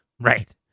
Right